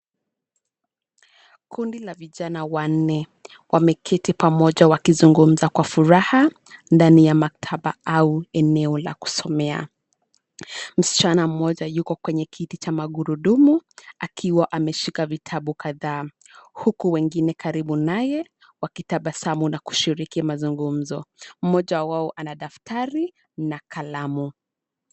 Kundi la vijana wanne wameketi pamoja wakizungumza kwa furaha ndani ya maktaba au eneo la kusomea. Msichana moja yuko kwenye kiti cha magurudumu akiwa ameshika vitabu kadhaa huku wengine karibu naye wakitabasamu na kushiriki mazungumzo. Mmoja wao ana daftari na kalamu.